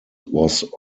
was